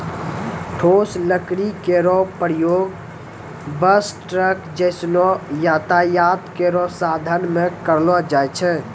ठोस लकड़ी केरो प्रयोग बस, ट्रक जैसनो यातायात केरो साधन म करलो जाय छै